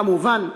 כמובן,